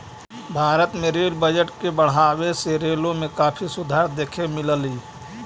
भारत में rail budget के बढ़ावे से रेलों में काफी सुधार देखे मिललई